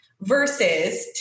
versus